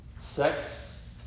sex